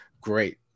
great